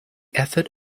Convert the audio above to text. effort